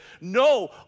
No